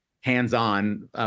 hands-on